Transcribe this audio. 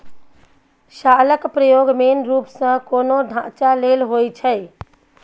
शालक प्रयोग मेन रुप सँ कोनो ढांचा लेल होइ छै